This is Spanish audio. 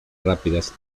rápidas